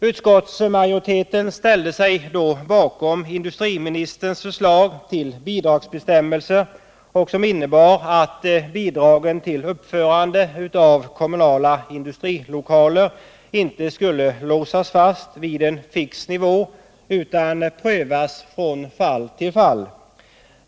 Utskottsmajoriteten ställde sig då bakom industriministerns förslag till bidragsbestämmelser, som innebar att bidragen till uppförande av kommunala industrilokaler inte skulle låsas fast vid en fix nivå utan prövas från fall till fall.